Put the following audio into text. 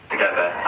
together